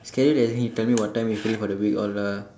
schedule then he tell me what time he free for the week all lah